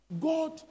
God